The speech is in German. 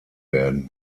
werden